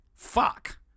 fuck